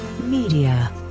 Media